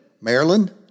Maryland